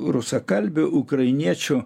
rusakalbių ukrainiečių